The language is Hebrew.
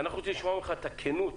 אנחנו רוצים לשמוע ממך את הכנות